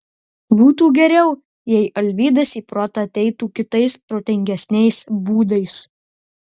būtų geriau jei alvydas į protą ateitų kitais protingesniais būdais